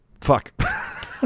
fuck